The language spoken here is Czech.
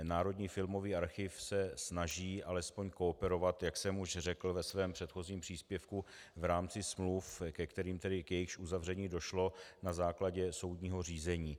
Národní filmový archiv se snaží alespoň kooperovat, jak jsem už řekl ve svém předchozím příspěvku, v rámci smluv, k jejichž uzavření došlo na základě soudního řízení.